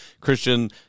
Christian